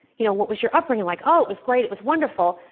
you know what was your upbringing like? oh, it was great, it was wonderful.